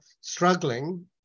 struggling